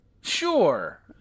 Sure